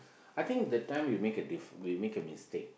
I think that time we make a diff we make a mistake